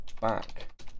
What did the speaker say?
back